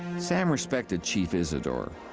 sam respected chief isadore,